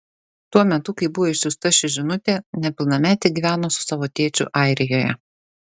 tuo metu kai buvo išsiųsta ši žinutė nepilnametė gyveno su savo tėčiu airijoje